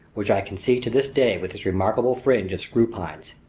which i can see to this day with its remarkable fringe of screw pines.